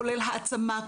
כולל העצמה,